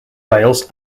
wales